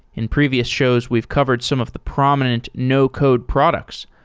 in previous shows we've covered some of the prominent no-code products,